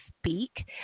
speak